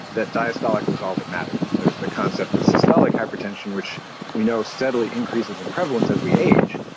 that diastolic was all that mattered. there was the concept that systolic hypertension, which we know steadily increases in prevalence as we age,